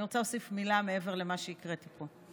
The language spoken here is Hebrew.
אני רוצה להוסיף מילה מעבר למה שהקראתי פה.